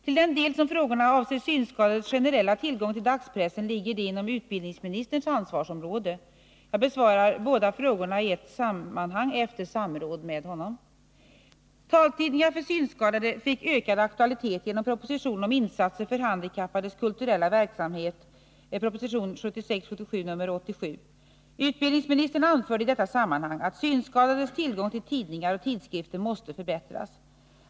Till den del som frågorna avser synskadades generella tillgång till dagspressen ligger de inom utbildningsministerns ansvarsområde. Jag besvarar båda frågorna i ett sammanhang efter samråd med honom. Taltidningar för synskadade fick ökad aktualitet genom propositionen om insatser för handikappades kulturella verksamhet . Utbildningsministern anförde i detta sammanhang att synskadades tillgång till tidningar och tidskrifter måste förbättras.